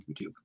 YouTube